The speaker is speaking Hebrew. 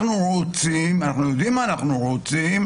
אנחנו יודעים מה אנחנו רוצים,